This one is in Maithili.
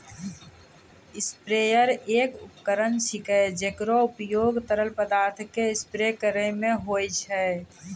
स्प्रेयर एक उपकरण छिकै, जेकरो उपयोग तरल पदार्थो क स्प्रे करै म होय छै